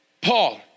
Paul